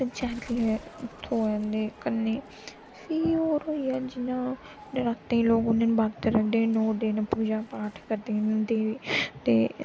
शैल घर आह्ला थ्होऐ ते कन्नै फ्ही होर होई जान जि'यां नरातें ई लोग बरत रखदे न नौ दिन पूजा पाठ करदे न देवी ते